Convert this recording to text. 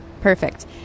perfect